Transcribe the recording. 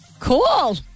Cool